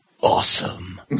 awesome